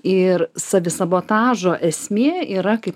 ir savi sabotažo esmė yra kaip